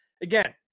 Again